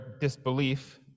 disbelief